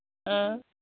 ꯑꯥ